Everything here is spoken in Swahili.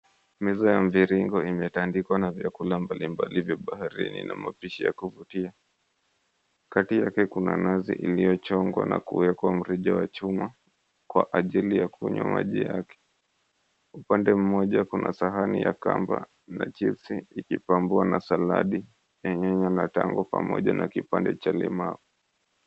Meza ya mviringo imetandikwa na vyakula mbalimbali vya baharini, na mapishi ya kuvutia. Kati yake kuna nazi iliyochongwa na kuwekwa mrija wa chuma, kwa ajili ya kunywa maji yake. Upande mmoja kuna sahani ya kamba na chipsi, ikipambwa na saladi, yenye nyanya tamu pamoja na kipande cha limau.